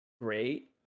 great